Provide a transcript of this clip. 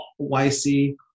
YC